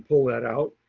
pull that out.